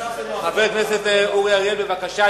חבר הכנסת אורי אריאל, בבקשה.